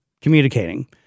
communicating